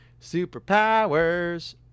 superpowers